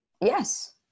Yes